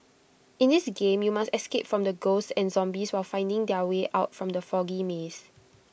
in this game you must escape from the ghosts and zombies while finding their way out from the foggy maze